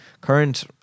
current